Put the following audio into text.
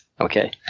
Okay